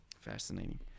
fascinating